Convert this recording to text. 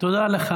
תודה לך.